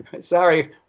sorry